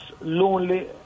lonely